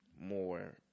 more